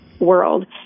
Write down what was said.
world